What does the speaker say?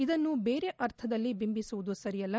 ಇದನ್ನು ಬೇರೆ ಅರ್ಥದಲ್ಲಿ ಬಿಂಬಿಸುವುದು ಸರಿಯಲ್ಲ